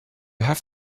have